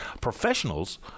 professionals